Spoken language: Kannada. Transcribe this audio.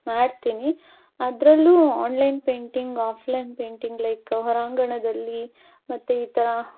ಮಾಡ್ತೀನಿ ಅದರಲ್ಲೂ online painting offline painting like ಹೋರಾಂಗಣದಲ್ಲಿ ಮತ್ತೆ ಈ ಥರ